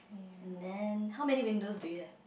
and then how many windows do you have